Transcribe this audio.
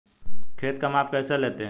खेत का माप कैसे लेते हैं?